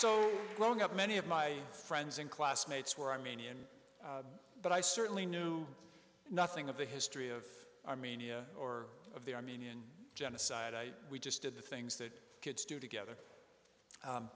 up many of my friends and classmates were i mean ian but i certainly knew nothing of the history of armenia or of the armenian genocide we just did the things that kids do together